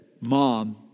mom